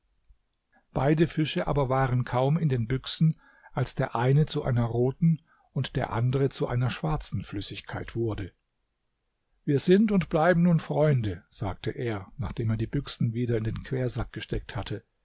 beide fische aber waren kaum in den büchsen als der eine zu einer roten und der andere zu einer schwarzen flüssigkeit wurde wir sind und bleiben nun freunde sagte er nachdem er die büchsen wieder in den quersack gesteckt hatte